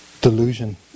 delusion